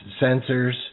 sensors